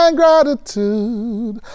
gratitude